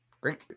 Great